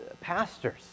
pastors